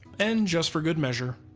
and just for good measure.